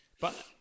But-